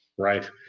Right